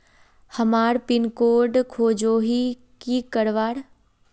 हमार pin code खोजोही की करवार?